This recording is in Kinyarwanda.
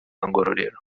ngororero